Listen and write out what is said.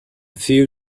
few